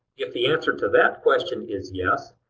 if the answer to that question is yes,